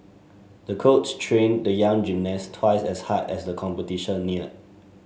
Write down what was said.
the coach trained the young gymnast twice as hard as the competition neared